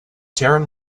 taran